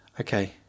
Okay